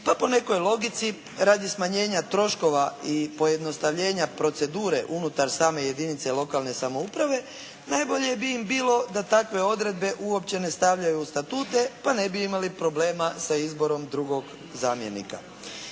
pa po nekoj logici radi smanjenja troškova i pojednostavljenja procedure unutar same jedinice lokalne samouprave najbolje bi im bilo da takve odredbe uopće ne stavljaju u statute pa ne bi imali problema sa izborom drugog zamjenika.